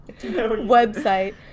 website